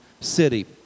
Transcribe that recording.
city